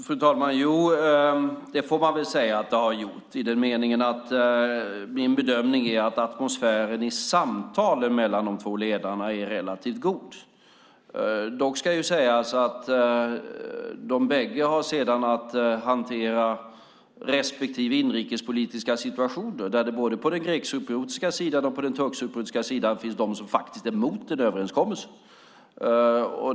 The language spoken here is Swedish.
Fru talman! Jo, det får man väl säga att det har gjort. Min bedömning är att atmosfären i samtalen mellan de två ledarna är relativt god. Dock ska det sägas att de bägge sedan har att hantera sina respektive inrikespolitiska situationer, där det både på den grekcypriotiska sidan och på den turkcypriotiska sidan finns de som faktiskt är emot en överenskommelse.